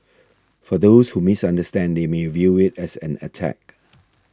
for those who misunderstand they may view it as an attack